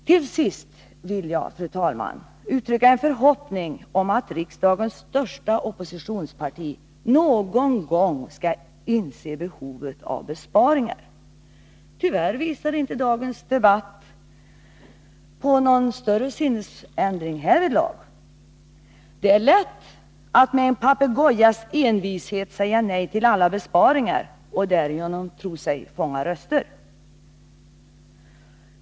Till sist vill jag, fru talman, uttrycka en förhoppning om att riksdagens största oppositionsparti någon gång skall inse behovet av besparingar. Tyvärr visar inte dagens debatt på någon större sinnesförändring härvidlag. Det är lätt att med en papegojas envishet säga nej till alla besparingar och därigenom tro sig fånga röster.